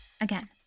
again